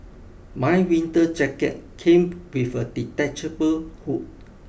my winter jacket came with a detachable hood